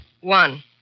One